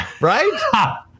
Right